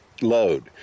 load